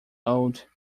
old